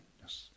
yes